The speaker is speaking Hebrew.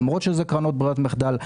למרות שאלה קרנות בררת מחדל.